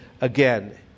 again